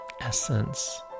essence